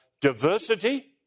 diversity